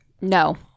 No